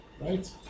right